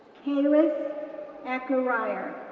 kalis achariar,